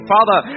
Father